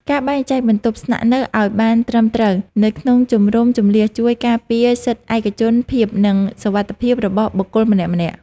ការបែងចែកបន្ទប់ស្នាក់នៅឱ្យបានត្រឹមត្រូវនៅក្នុងជំរំជម្លៀសជួយការពារសិទ្ធិឯកជនភាព និងសុវត្ថិភាពរបស់បុគ្គលម្នាក់ៗ។